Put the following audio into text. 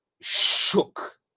shook